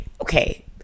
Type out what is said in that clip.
Okay